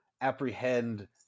apprehend